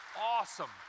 Awesome